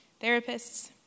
Therapists